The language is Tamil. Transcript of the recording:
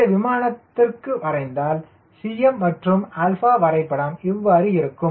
இந்த விமானத்திற்கு வரைந்தால் Cm மற்றும் 𝛼 வரைபடம் இவ்வாறு இருக்கும்